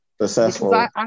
successful